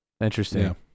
Interesting